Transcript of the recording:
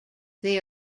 they